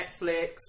Netflix